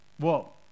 Whoa